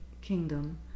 kingdom